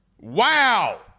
Wow